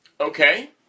Okay